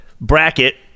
bracket